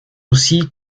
aussi